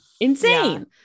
Insane